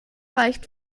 reicht